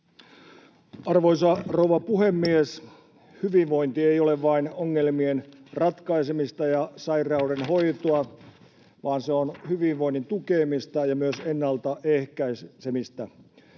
Arvoisa rouva puhemies! Hyvinvointi ei ole vain ongelmien ratkaisemista ja sairauden hoitoa, vaan se on hyvinvoinnin tukemista ja myös ennalta ehkäisemistä.